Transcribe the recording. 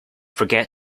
forget